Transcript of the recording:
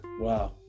Wow